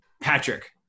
Patrick